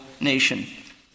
Nation